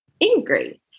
angry